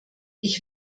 ich